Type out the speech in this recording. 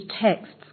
texts